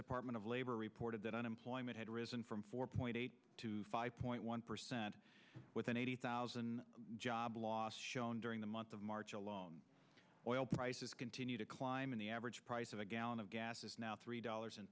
department of labor reported that unemployment had risen from four point five point one percent with an eighty thousand job losses during the month of march alone oil prices continue to climb and the average price of a gallon of gas is now three dollars and